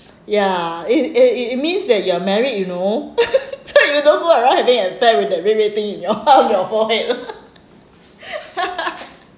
yeah it it it it means that you are married you know so you don't fool around having affair with the red red thing in your he~ in your forehead